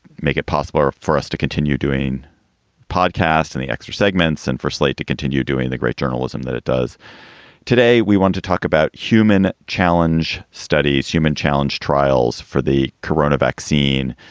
make it possible for us to continue doing podcasts and the extra segments and for slate to continue doing the great journalism that it does today. we want to talk about human challenge studies, human challenge trials for the corona vaccine.